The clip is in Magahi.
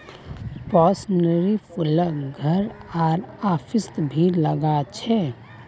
पैन्सीर फूलक घर आर ऑफिसत भी लगा छे